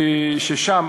שבה,